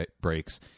breaks